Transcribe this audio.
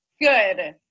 Good